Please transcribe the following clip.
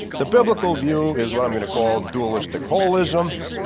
the biblical view is what i'm gonna call dualistic holism,